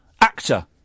actor